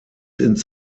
ins